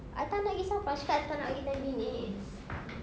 I tak nak pergi saffron I cakap I tak nak pergi tampines